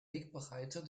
wegbereiter